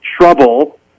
trouble